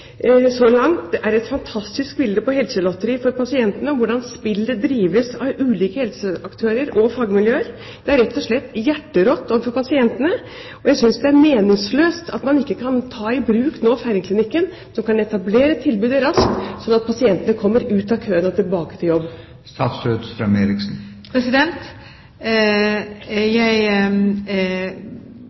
et fantastisk bilde på helselotteriet for pasientene, og hvordan spillet drives av ulike helseaktører og fagmiljøer. Det er rett og slett hjerterått overfor pasientene. Jeg synes det er meningsløst at man nå ikke kan ta i bruk Feiringklinikken, som kan etablere tilbudet raskt, slik at pasientene kommer ut av køen og tilbake til jobb.